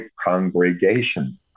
congregation